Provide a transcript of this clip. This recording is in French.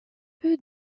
peu